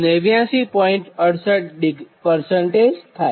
68 થાય